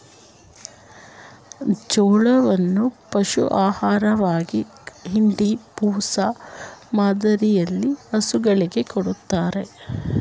ಜೋಳವನ್ನು ಪಶು ಆಹಾರವಾಗಿ ಇಂಡಿ, ಬೂಸ ಮಾದರಿಯಲ್ಲಿ ಹಸುಗಳಿಗೆ ಕೊಡತ್ತರೆ